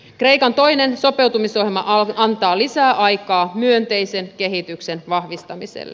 kreikan toinen sopeutumisohjelma antaa lisäaikaa myönteisen kehityksen vahvistamiselle